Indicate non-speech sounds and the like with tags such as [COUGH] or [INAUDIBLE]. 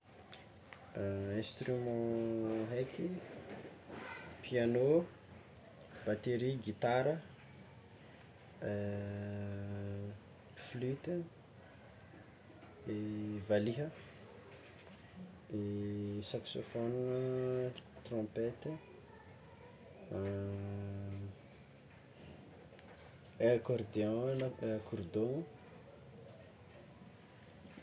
[HESITATION] Instrument haiky: piano, battery, gitara, [HESITATION] flute, valiha, [HESITATION] saxophone, trompete, [HESITATION] accordéon na akoridao.